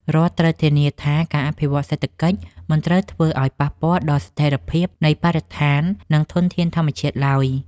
រដ្ឋត្រូវធានាថាការអភិវឌ្ឍសេដ្ឋកិច្ចមិនត្រូវធ្វើឱ្យប៉ះពាល់ដល់ស្ថិរភាពនៃបរិស្ថាន និងធនធានធម្មជាតិឡើយ។